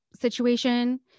situation